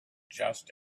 just